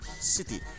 City